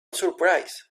surprised